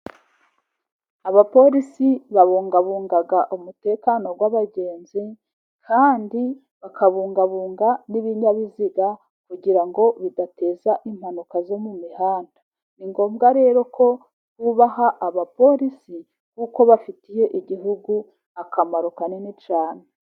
Abapolisi babungabunga umutekano w'abagenzi, kandi bakabungabunga n'ibinyabiziga, kugira ngo bidateza impanuka zo mu mihanda, ni ngombwa rero ko bubaha abapolisi kuko bafitiye igihugu akamaro kanini cyane.